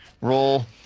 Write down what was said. roll